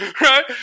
right